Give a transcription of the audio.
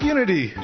Unity